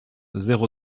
zéro